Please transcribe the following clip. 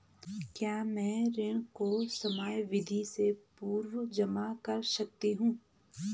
क्या मैं ऋण को समयावधि से पूर्व जमा कर सकती हूँ?